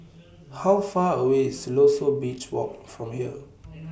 How Far away IS Siloso Beach Walk from here